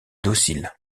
docile